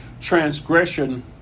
transgression